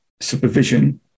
supervision